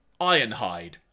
Ironhide